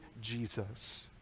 Jesus